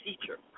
teacher